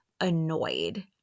annoyed